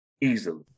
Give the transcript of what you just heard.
easily